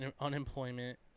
unemployment